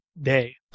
day